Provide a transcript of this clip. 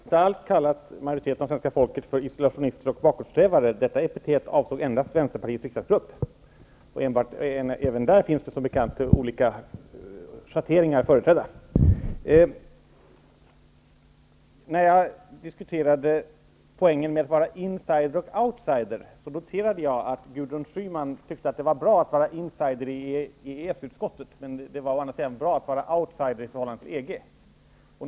Herr talman! Jag har inte alls kallat majoriteten av svenska folket för isolationister och bakåtsträvare. Detta epitet avsåg endast Vänsterpartiets riksdagsgrupp, även där finns som bekant olika schatteringar företrädda. När jag diskuterade poängen med att vara insider resp. outsider noterade jag att Gudrun Schyman tyckte att det å ena sidan var bra att vara insider i EES-utskottet men att det å andra sidan var bra att vara outsider i förhållande till EG.